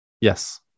Yes